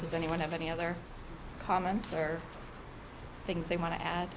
does anyone have any other comments or things they want to add